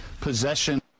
possession